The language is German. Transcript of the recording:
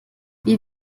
wie